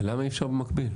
למה אי אפשר במקביל?